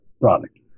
product